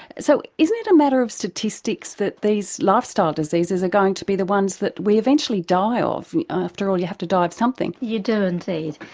so isn't it a matter of statistics that these lifestyle diseases are going to be the ones that we eventually die of? after all, you have to die of something. you do indeed,